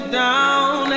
down